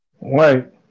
Right